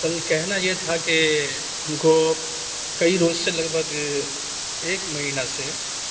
سر کہنا یہ تھا کہ ہم کو کئی روز سے لگ بھگ ایک مہینہ سے